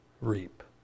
reap